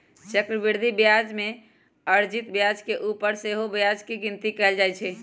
चक्रवृद्धि ब्याज में अर्जित ब्याज के ऊपर सेहो ब्याज के गिनति कएल जाइ छइ